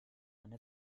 eine